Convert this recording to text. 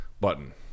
button